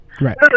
Right